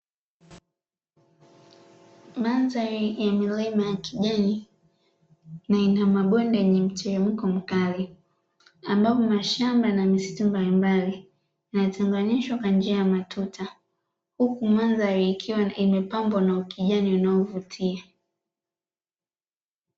Mandhari ya milima ya kijani na ina mabonde ni mteremko mkali, ambapo mashamba na misitu mbalimbali inayotenganishwa kwa njia ya matuta, huku mandhari ikiwa na imepambwa na kijani unaovutia